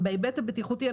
בהיבט הבטיחותי,